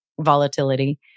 volatility